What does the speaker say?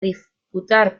disputar